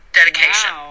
dedication